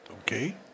Okay